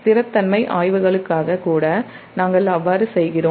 நிலைத்தன்மை ஆய்வுகளுக்காக கூட நாம் அவ்வாறு செய்கிறோம்